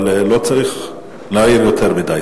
אבל לא צריך להעיר יותר מדי.